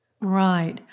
Right